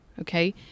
Okay